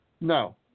No